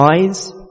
eyes